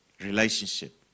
Relationship